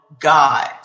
God